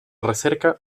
recerca